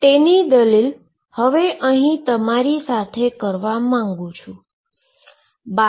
હવે હુ અહી તમારી સાથે જે દલીલ કરવા માંગુ છું તે એ છે